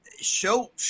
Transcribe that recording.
Show